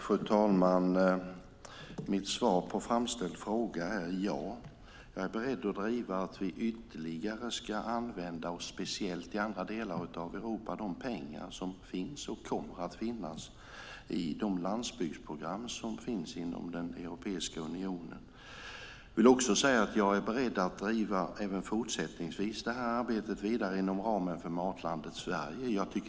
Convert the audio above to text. Fru talman! Mitt svar på framställd fråga är ja. Jag är beredd att driva att vi ytterligare ska använda oss av, speciellt i andra delar av Europa, de pengar som finns och kommer att finnas i landsbygdsprogrammen i Europeiska unionen. Jag är beredd att även fortsättningsvis driva arbetet vidare inom ramen för Matlandet Sverige.